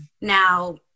Now